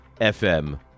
FM